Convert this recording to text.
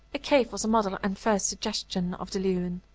a cave was the model and first suggestion of the lewen.